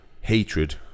hatred